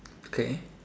okay